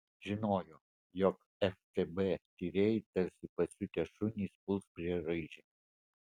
žinojo jog ftb tyrėjai tarsi pasiutę šunys puls prie raižinio